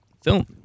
film